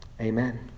Amen